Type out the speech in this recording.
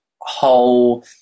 whole